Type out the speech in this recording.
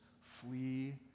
flee